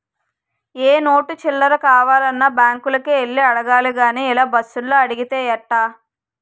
ఏ note చిల్లర కావాలన్నా బాంకులకే యెల్లి అడగాలి గానీ ఇలా బస్సులో అడిగితే ఎట్టా